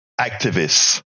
activists